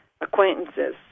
acquaintances